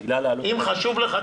בגלל העלות --- אם חשוב לך,